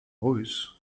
lois